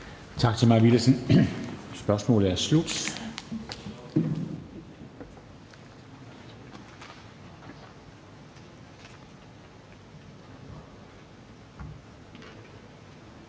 Tak til Mai Villadsen. Spørgsmålet er slut.